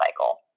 cycle